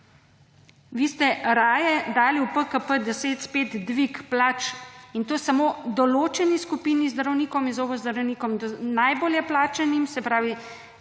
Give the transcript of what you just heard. Vi ste raje dali v PKP10 spet dvig plač, in to samo določeni skupini, zdravnikom in zobozdravnikom – najbolje plačanim, se pravi